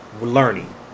learning